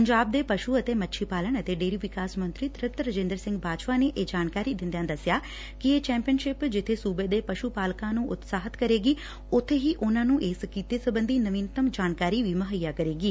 ਪੰਜਾਬ ਦੇ ਪਸੂ ਅਤੇ ਮੱਛੀ ਪਾਲਣ ਅਤੇ ਡੇਅਰੀ ਵਿਕਾਸ ਮੰਤਰੀ ਤ੍ਪਤ ਰਾਜਿੰਦਰ ਸਿੰਘ ਬਾਜਵਾ ਨੇ ਇਹ ਜਾਣਕਾਰੀ ਦਿੰਦਿਆਂ ਦਸਿਆ ਕਿ ਇਹ ਚੈਂਪੀਅਨਸ਼ਿਪ ਜਿੱਥੇ ਸੁਬੇ ਦੇ ਪਸੁ ਪਾਲਕਾਂ ਨੂੰ ਉਤਸ਼ਾਹਿਤ ਕਰੇਗੀ ਉਥੇ ਹੀ ਉਨੂਾ ਨੂੰ ਇਸ ਕਿੱਤੇ ਸਬੰਧੀ ਨਵੀਨਤਮ ਜਾਣਕਾਰੀ ਵੀ ਮੁਹੱਈਆ ਕਰੇਗੀ